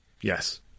Yes